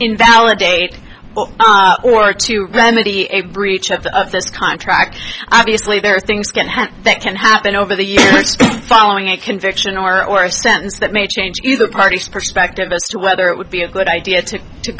invalidate or to remedy a breach of this contract obviously there are things going happen that can happen over the years following a conviction or or sentence that may change either party perspective as to whether it would be a good idea to